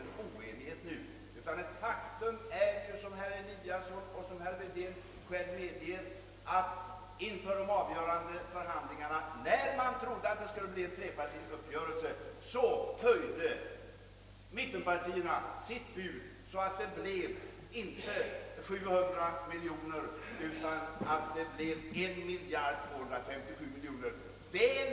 Ett faktum är, vilket herr Eliasson i Sundborn och herr Wedén själva medger, att inför de avgörande förhandling: arna — när man trodde att en trepartiuppgörelse skulle komma till stånd — höjde mittenpartierna sitt bud, så att det kom att ligga, inte på 750 miljoner kronor utan på 1257 miljoner kronor över A-nivån.